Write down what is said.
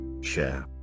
Share